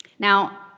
Now